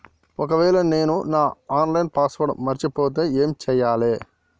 ఒకవేళ నేను నా ఆన్ లైన్ పాస్వర్డ్ మర్చిపోతే ఏం చేయాలే?